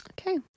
Okay